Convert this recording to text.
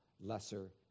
lesser